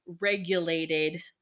regulated